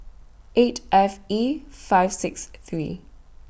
eight F E five six three